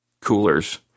coolers